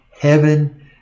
heaven